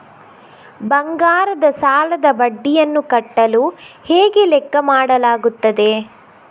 ಬಂಗಾರದ ಸಾಲದ ಬಡ್ಡಿಯನ್ನು ಕಟ್ಟಲು ಹೇಗೆ ಲೆಕ್ಕ ಮಾಡಲಾಗುತ್ತದೆ?